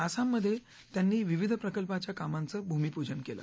आसाममध्ये त्यांनी विविध प्रकल्पाच्या कामाचं भूमिपूजन केलं